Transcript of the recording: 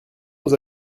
nous